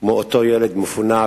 כמו אותו ילד מפונק,